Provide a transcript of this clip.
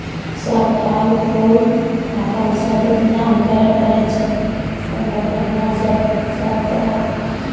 सभ फल फूल अपन सभ इन्तजाम करय पड़ै छै ओहिमे बढ़िआँसँ सभ पाबै